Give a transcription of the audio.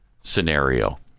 scenario